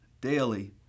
daily